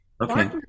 Okay